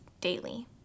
daily